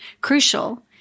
crucial